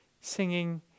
Singing